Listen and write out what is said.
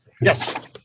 Yes